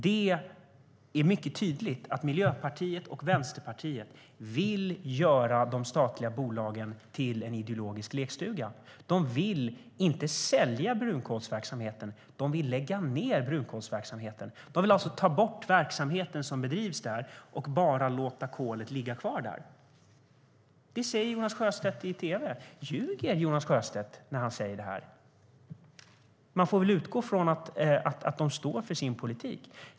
Det är mycket tydligt att Miljöpartiet och Vänsterpartiet vill göra de statliga bolagen till en ideologisk lekstuga. De vill inte sälja brunkolsverksamheten, utan de vill lägga ned brunkolsverksamheten. De vill alltså ta bort verksamheten som bedrivs där och bara låta kolet ligga kvar där. Det säger Jonas Sjöstedt i tv. Ljuger Jonas Sjöstedt när han säger så? Vi får väl utgå från att Vänsterpartiet står för sin politik.